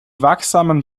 wachsamen